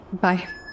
Bye